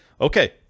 okay